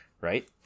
Right